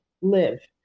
live